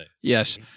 Yes